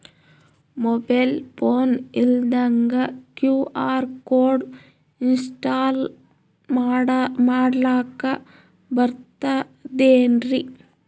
Mobile phone ಇಲ್ದಂಗ QR code install ಮಾಡ್ಲಕ ಬರ್ತದೇನ್ರಿ?